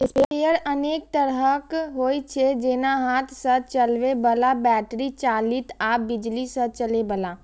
sprayer अनेक तरहक होइ छै, जेना हाथ सं चलबै बला, बैटरी चालित आ बिजली सं चलै बला